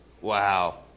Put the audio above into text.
wow